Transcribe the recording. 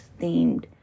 themed